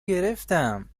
گرفتم